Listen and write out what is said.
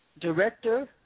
Director